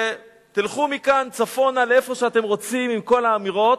ותלכו מכאן צפונה לאיפה שאתם רוצים עם כל האמירות.